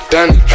Danny